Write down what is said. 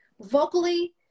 vocally